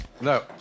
No